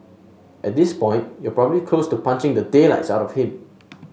at this point you're probably close to punching the daylights out of him